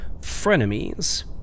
frenemies